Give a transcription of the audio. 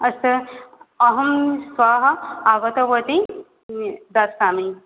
अस्तु अहं श्वः आगतवती दास्सामि